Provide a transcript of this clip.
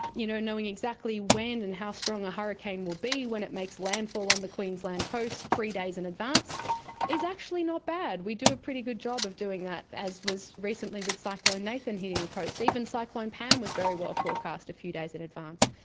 you know, knowing exactly when and how strong a hurricane will be when it makes landfall on the queensland coast three days in advance is actually not bad. we do a pretty good job of doing that, as was recently with cyclone nathan hitting the coast. even cyclone pam was very well forecast a few days in advance.